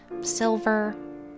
silver